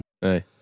hey